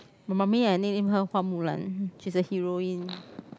my mummy I name her Hua-Mulan she is a heroine